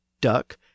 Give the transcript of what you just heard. duck